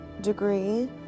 degree